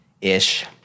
Ish